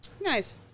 Nice